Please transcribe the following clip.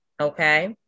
okay